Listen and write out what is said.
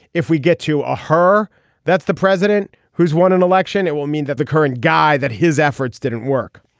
if we get to ah her that's the president who's won an election it will mean that the current guy that his efforts didn't work.